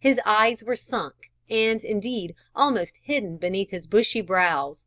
his eyes were sunk, and, indeed, almost hidden beneath his bushy brows,